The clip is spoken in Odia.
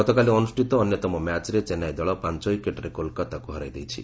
ଗତକାଲି ଅନୁଷ୍ଠିତ ଅନ୍ୟତମ ମ୍ୟାଚ୍ରେ ଚେନ୍ନାଇ ଦଳ ପାଞ୍ଚ ୱିକେଟ୍ରେ କୋଲକାତାକୁ ହରାଇ ଦେଇଛି